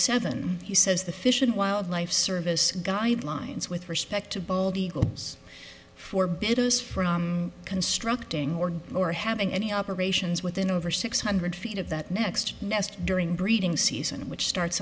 seven he says the fish and wildlife service guidelines with respect to bald eagles for bidders for constructing or or having any operations within over six hundred feet of that next nest during breeding season which starts